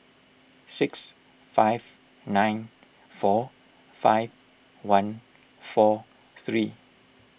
six five nine four five one four three